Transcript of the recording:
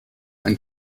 ein